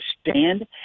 stand